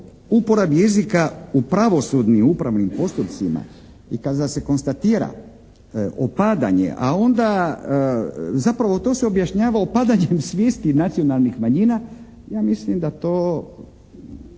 uporabi jezika u pravosudnim i upravnim postupcima i kada se konstatira opadanje, a onda zapravo to se objašnjava opadanjem svijesti nacionalnih manjina, ja mislim da to